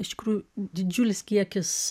iš tikrųjų didžiulis kiekis